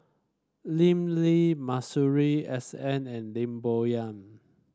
Lim Lee Masuri S N and Lim Bo Yam